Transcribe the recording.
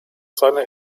seine